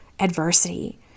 adversity